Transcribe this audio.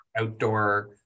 outdoor